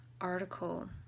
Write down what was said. article